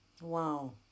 Wow